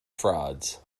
frauds